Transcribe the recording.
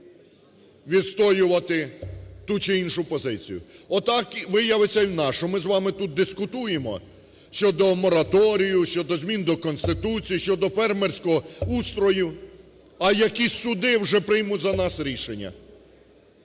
відстоювати ту чи іншу позицію. Отак виявиться і в нас, що ми з вами тут дискутуємо щодо мораторію, щодо змін до Конституції, щодо фермерського устрою, а якісь суди вже приймуть за нас рішення